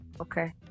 Okay